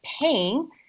paying